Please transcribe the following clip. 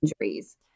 injuries